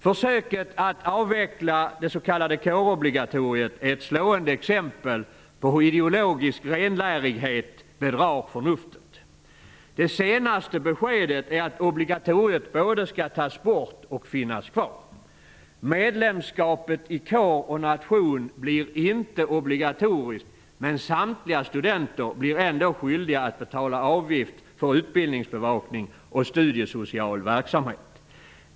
Försöket att avveckla det s.k. kårobligatoriet är ett slående exempel på hur ideologisk renlärighet bedrar förnuftet. Det senaste beskedet är att obligatoriet både skall tas bort och finnas kvar. Medlemskapet i kår och nation blir inte obligatoriskt, men samtliga studenter blir ändå skyldiga att betala avgift för utbildningsbevakning och studiesocial verksamhet.